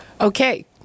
okay